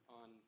on